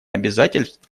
обязательств